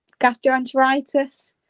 gastroenteritis